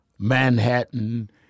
Manhattan